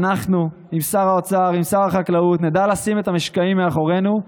אנחנו עם שר האוצר ועם שר החקלאות נדע לשים את המשקעים מאחורינו,